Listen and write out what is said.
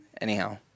Anyhow